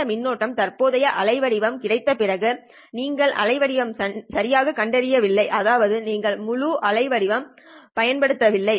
இந்த மின்னோட்டம் தற்போதைய அலைவடிவம் கிடைத்த பிறகு நீங்கள் அலைவடிவம் சரியாக கண்டறியவில்லை அதாவது நீங்கள் முழு அலைவடிவம் பயன்படுத்தவில்லை